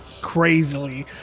crazily